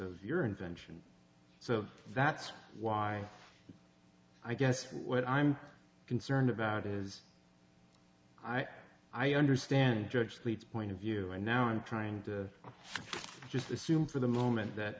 of your invention so that's why i guess what i'm concerned about is i i understand judge please point of view and now i'm trying to just assume for the moment that